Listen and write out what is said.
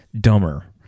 dumber